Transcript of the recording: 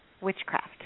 witchcraft